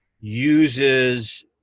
uses